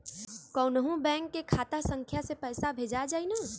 कौन्हू बैंक के खाता संख्या से पैसा भेजा जाई न?